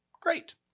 Great